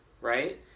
right